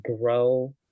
grow